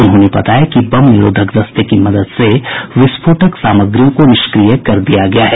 उन्होंने बताया कि बम निरोधक दस्ते की मदद से विस्फोटक सामग्रियों को निष्क्रिय कर दिया गया है